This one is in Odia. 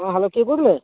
ହଁ ହ୍ୟାଲୋ କିଏ କହୁଥିଲେ